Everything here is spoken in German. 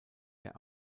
der